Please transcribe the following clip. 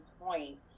point